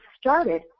started